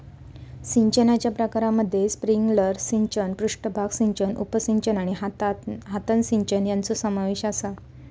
सिंचनाच्या प्रकारांमध्ये स्प्रिंकलर सिंचन, पृष्ठभाग सिंचन, उपसिंचन आणि हातान सिंचन यांचो समावेश आसा